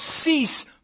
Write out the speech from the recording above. cease